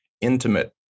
intimate